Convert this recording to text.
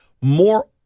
more